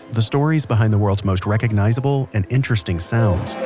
the stories behind the world's most recognizable and interesting sounds.